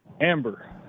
Amber